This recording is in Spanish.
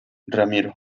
ramiro